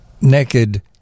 Naked